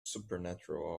supernatural